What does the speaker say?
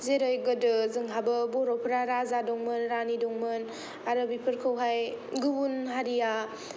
जेरै गोदो जोंहाबो बर'फ्रा राजा दंमोन रानि दंमोन आरो बेफोरखौहाय गुबुन हारिया